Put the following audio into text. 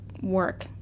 work